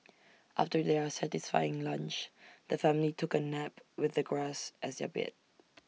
after their satisfying lunch the family took A nap with the grass as their bed